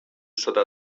sota